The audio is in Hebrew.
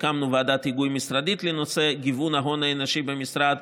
הקמנו ועדת היגוי משרדית לנושא גיוון ההון האנושי במשרד,